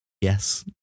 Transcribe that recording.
Yes